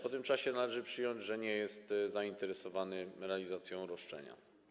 Po tym czasie należy przyjąć, że nie jest zainteresowany realizacją roszczenia.